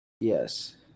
Yes